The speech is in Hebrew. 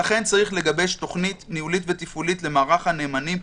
לכן צריך לגבש תוכנית ניהולית ותפעולית למערך הנאמנים.